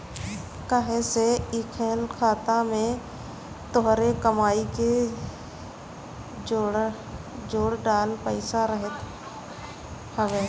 काहे से कि इ खाता में तोहरे कमाई के जोड़ल पईसा रहत हवे